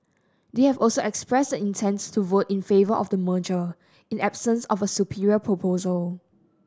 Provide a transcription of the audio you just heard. they have also expressed the intent to vote in favour of the merger in absence of a superior proposal